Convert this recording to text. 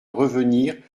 revenir